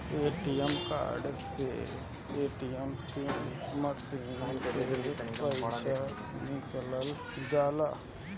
ATM card से ATM machine से पईसा निकालल जाला